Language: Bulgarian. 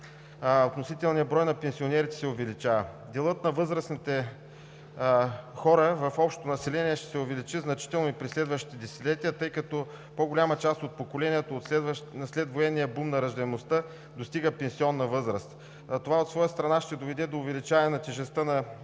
относителният брой на пенсионерите се увеличава. Делът на възрастните хора в общото население ще се увеличи значително и през следващите десетилетия, тъй като по голяма част от поколенията на следвоенния бум на раждаемостта достига пенсионна възраст. Това от своя страна ще доведе до увеличаване на тежестта на лицата